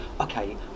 okay